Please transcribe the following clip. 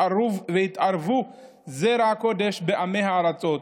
והתערבו זרע הקֹדש בעמי הארצות,